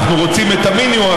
אנחנו רוצים את המינימום.